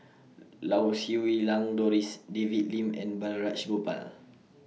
Lau Siew Lang Doris David Lim and Balraj Gopal